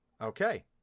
okay